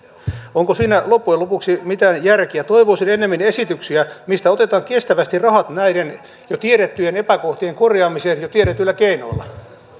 onko siinä loppujen lopuksi mitään järkeä toivoisin ennemmin esityksiä mistä otetaan kestävästi rahat näiden jo tiedettyjen epäkohtien korjaamiseen jo tiedetyillä keinoilla arvoisa